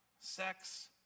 sex